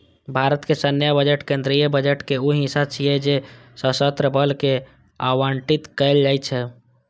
भारतक सैन्य बजट केंद्रीय बजट के ऊ हिस्सा छियै जे सशस्त्र बल कें आवंटित कैल जाइ छै